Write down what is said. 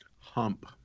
Hump